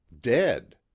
dead